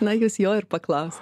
na jūs jo ir paklaus